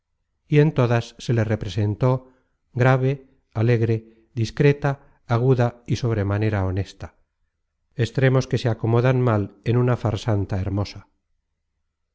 y en todas se le representó grave alegre discreta aguda y sobremanera honesta extremos que se acomodan mal en una farsanta hermosa